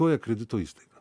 toje kredito įstaiga